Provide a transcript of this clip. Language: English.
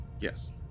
Yes